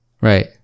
Right